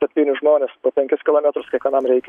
septyni žmonės po penkis kilometrus kiekvienam reikia